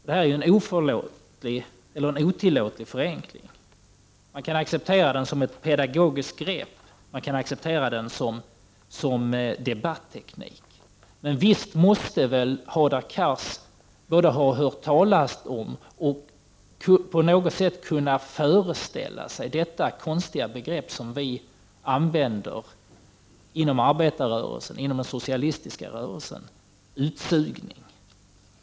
Han gör sig skyldig till en otillåtlig förenkling. Man kan acceptera den som ett pedagogiskt grepp och som debatteknik. Men visst måste Hadar Cars både ha hört talas om och kunnat föreställa sig innebörden av det ”konstiga” begreppet ”utsugning”, som vi inom arbetarrörelsen och den socialistiska rörelsen använder?